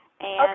Okay